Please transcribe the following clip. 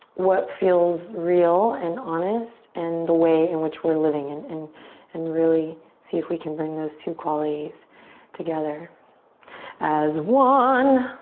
what feels real and honest and the way in which we're living in and and really see if we can bring those two qualities together as one.